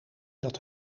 dat